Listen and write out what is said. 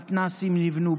מתנ"סים נבנו,